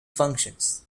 functions